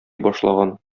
башлаган